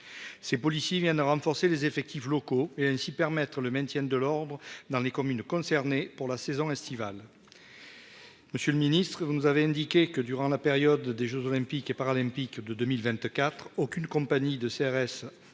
Ces policiers viennent renforcer les effectifs locaux et ainsi permettre le maintien de l'ordre dans les communes concernées pour la saison estivale. Monsieur le Ministre, vous nous avez indiqué que durant la période des Jeux olympiques et paralympiques de 2024. Aucune compagnie de CRS MNS ne